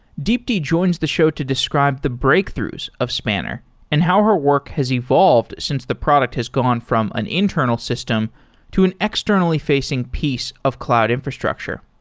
deepti joins the show to describe the breakthroughs of spanner and how her work has evolved since the product has gone from an internal system to an externally-phasing piece of cloud infrastructure.